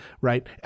right